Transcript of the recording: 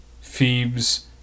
Phoebe's